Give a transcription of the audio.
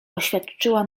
oświadczyła